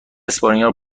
اسپانیا